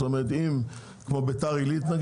למשל, ביתר עילית.